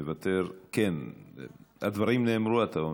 מוותר, הדברים נאמרו, אתה אומר,